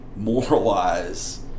Moralize